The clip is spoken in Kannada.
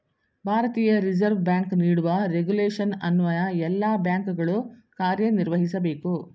ಭಾರತೀಯ ರಿಸರ್ವ್ ಬ್ಯಾಂಕ್ ನೀಡುವ ರೆಗುಲೇಶನ್ ಅನ್ವಯ ಎಲ್ಲ ಬ್ಯಾಂಕುಗಳು ಕಾರ್ಯನಿರ್ವಹಿಸಬೇಕು